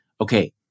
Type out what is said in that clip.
Okay